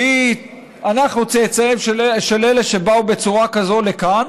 ואנחנו צאצאיהם של אלה שבאו בצורה כזו לכאן?